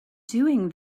doing